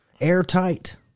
Airtight